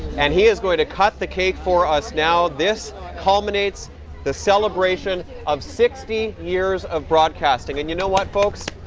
and he is going to cut the cake for us now, this culminates the celebration of sixty years of broadcasting, and you know what folks?